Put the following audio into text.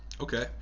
Okay